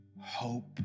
hope